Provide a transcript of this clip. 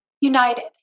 united